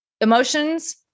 Emotions